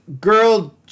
girl